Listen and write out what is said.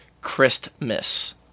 Christmas